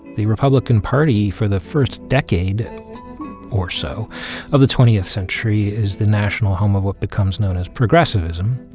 the republican party for the first decade or so of the twentieth century is the national home of what becomes known as progressivism,